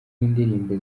w’indirimbo